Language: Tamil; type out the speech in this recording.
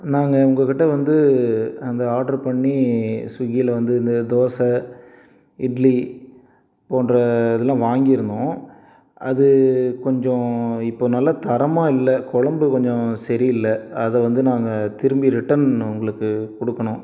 நாங்கள் உங்கள் கிட்டே வந்து அந்த ஆர்டர் அந்த பண்ணி ஸ்விக்கியில் வந்து இந்த தோசை இட்லி போன்ற இதெல்லாம் வாங்கியிருந்தோம் அது கொஞ்சம் இப்போ நல்ல தரமாக இல்லை கொழம்பு கொஞ்சம் சரியில்லை அதை வந்து நாங்கள் திரும்பி ரிட்டன் உங்களுக்கு கொடுக்கணும்